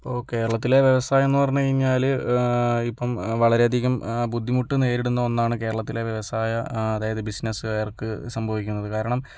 അപ്പോൾ കേരളത്തിലെ വ്യവസായമെന്ന് പറഞ്ഞ് കഴിഞ്ഞാൽ ഇപ്പം വളരെയധികം ബുദ്ധിമുട്ട് നേരിടുന്ന ഒന്നാണ് കേരളത്തിലെ വ്യവസായം അതായത് ബിസ്സിനസ്സുകാർക്ക് സംഭവിക്കുന്നത് കാരണം